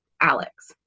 Alex